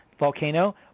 volcano